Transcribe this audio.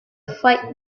fight